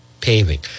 Paving